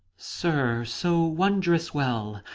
sir, so wondrous well,